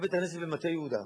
היה בית-כנסת במטה-יהודה,